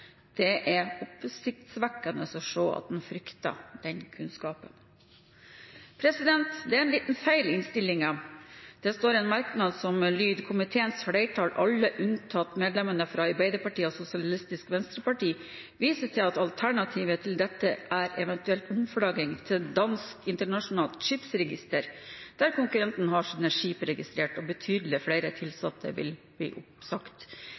Det er oppsiktsvekkende å se at en frykter denne kunnskapen. Det er en liten feil i innstillingen. Der står det en merknad som lyder: «Komiteens flertall, alle unntatt medlemmene fra Arbeiderpartiet og Sosialistisk Venstreparti, viser til at alternativet til dette er eventuelt omflagging til Dansk Internationalt Skibsregister , der konkurrentene har sine skip registrert, og betydelig flere tilsatte vil bli oppsagt.»